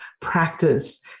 practice